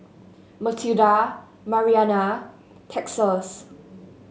Matilda Mariana Texas